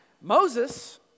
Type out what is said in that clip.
Moses